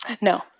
No